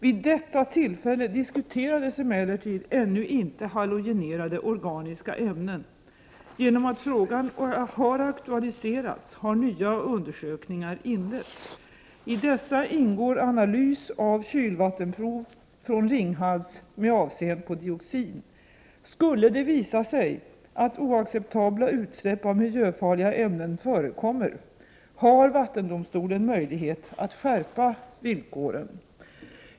Vid detta tillfälle diskuterades ännu inte halogenerade organiska ämnen. Genom att frågan aktualiserats har nya undersökningar inletts. I dessa ingår analys av kylvattenprov från Ringhals med avseende på dioxin. Skulle det visa sig att oacceptabla utsläpp av miljöfarliga ämnen förekommer har vattendomstolen möjlighet att skärpa villkoren.